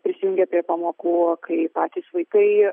prisijungė prie pamokų kai patys vaikai